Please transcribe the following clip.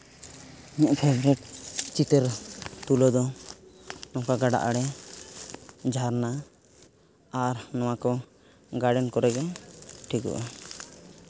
ᱩᱱᱟᱹᱜ ᱵᱮᱥ ᱵᱮᱥ ᱪᱤᱛᱟᱹᱨ ᱛᱩᱞᱟᱹᱣ ᱫᱚ ᱱᱚᱝᱠᱟ ᱜᱟᱰᱟ ᱟᱬᱮ ᱡᱷᱟᱨᱱᱟ ᱟᱨ ᱱᱚᱣᱟ ᱠᱚ ᱜᱟᱨᱰᱮᱱ ᱠᱚᱨᱮᱫ ᱜᱮ ᱴᱷᱤᱠᱚᱜᱼᱟ